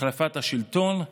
החלפת השלטון,